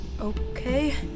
okay